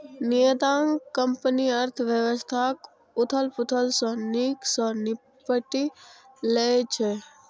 निर्यातक कंपनी अर्थव्यवस्थाक उथल पुथल सं नीक सं निपटि लै छै